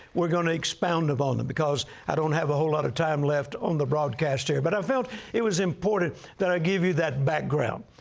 we're going to expound upon um them because i don't have a whole lot of time left on the broadcast here, but i felt it was important that i give you that background.